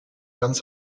ganz